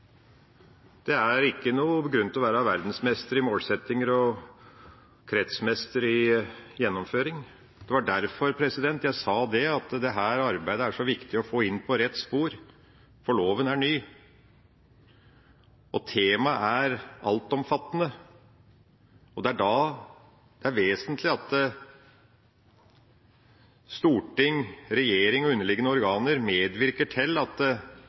Det er ikke noen grunn til å være verdensmester i målsettinger og kretsmester i gjennomføring. Det var derfor jeg sa det at dette arbeidet er så viktig å få inn på rett spor, for loven er ny. Temaet er altomfattende, og det er da det er vesentlig at storting, regjering og underliggende organer medvirker til at